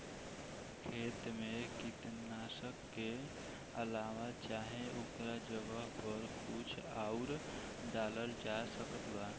खेत मे कीटनाशक के अलावे चाहे ओकरा जगह पर कुछ आउर डालल जा सकत बा?